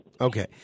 Okay